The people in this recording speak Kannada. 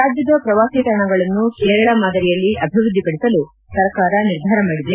ರಾಜ್ಯದ ಪ್ರವಾಸಿ ತಾಣಗಳನ್ನು ಕೇರಳ ಮಾದರಿಯಲ್ಲಿ ಅಭಿವೃದ್ಧಿ ಪಡಿಸಲು ಸರ್ಕಾರ ನಿರ್ಧಾರ ಮಾಡಿದೆ